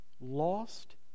lost